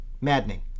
maddening